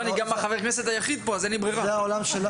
זה העולם שלנו